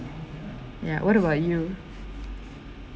ya what about you